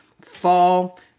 Fall